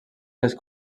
seves